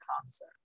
concert